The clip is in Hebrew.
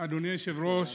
אדוני היושב-ראש,